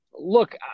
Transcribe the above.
look